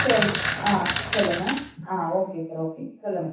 சரி ஆ சொல்லுங்கள் ஆ ஓகே சார் ஓகே சொல்லுங்கள்